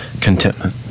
contentment